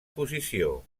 posició